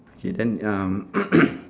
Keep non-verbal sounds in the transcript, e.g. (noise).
okay then um (noise)